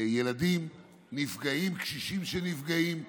ילדים נפגעים, קשישים שנפגעים וכו'.